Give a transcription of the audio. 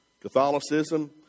Catholicism